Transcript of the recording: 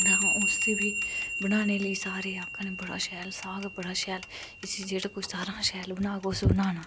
उस्सी बी बनाने लेई सारे आखन बड़ा शैल साग बड़ा शैल उस्सी जेह्डा सारे शा शैल बनाग अस बनाना